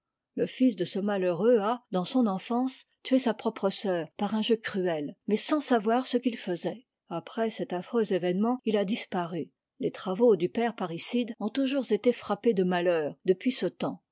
le fils de ce malheureux a dans son enfance tué sa propre sœur par un jeu cruel mais sans savoir ce qu'il faisait après cet affreux événement il a disparu les travaux du père parricide ont toujours été frappés de malheur depuis ce temps